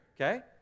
Okay